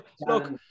Look